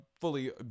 fully